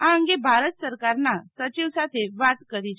આ અંગે ભારત સરકારના સયિવ સાથે વાત કરી છે